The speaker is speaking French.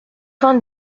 vingt